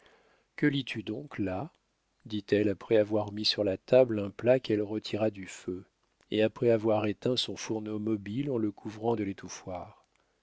que lis tu donc là dit-elle après avoir mis sur la table un plat qu'elle retira du feu et après avoir éteint son fourneau mobile en le couvrant de